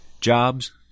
Jobs